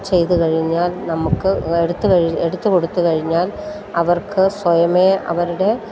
ചെയ്തു കഴിഞ്ഞാൽ നമുക്ക് എടുത്ത് കഴി എടുത്തുകൊടുത്തു കഴിഞ്ഞാൽ അവർക്ക് സ്വയമേ അവരുടെ